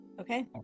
Okay